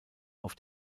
auf